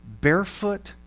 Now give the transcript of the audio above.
barefoot